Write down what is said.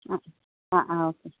ആ ആ ആ ഓക്കെ